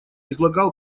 излагал